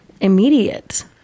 immediate